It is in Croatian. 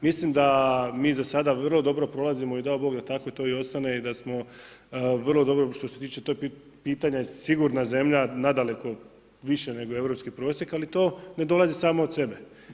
Mislim da mi za sada vrlo dobro prolazimo i dao Bog da tako to i ostane i da smo vrlo dobro što se tiče tog pitanja, sigurna zemlja nadaleko više nego europski prosjek, ali to ne dolazi samo od sebe.